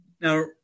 Now